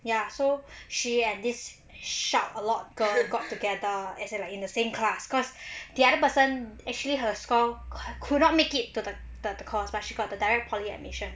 ya so she and this shout a lot girl got together as in like in the same class cause the other person actually her score could not make it to the the course but she got the direct poly admission